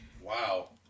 Wow